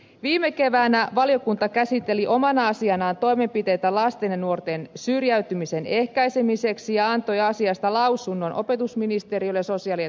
viime keväänä valiokunta käsitteli omana asianaan toimenpiteitä lasten ja nuorten syrjäytymisen ehkäisemiseksi ja antoi asiasta lausunnon opetusministeriölle ja sosiaali ja terveysministeriölle